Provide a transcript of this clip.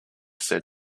said